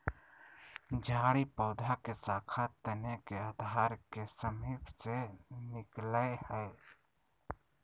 झाड़ी पौधा के शाखा तने के आधार के समीप से निकलैय हइ